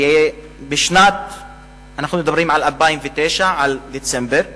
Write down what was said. אנחנו מדברים על דצמבר 2009,